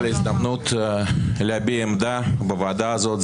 על ההזדמנות להביע עמדה בוועדה הזאת,